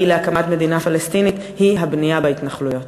להקמת מדינה פלסטינית הוא הבנייה בהתנחלויות.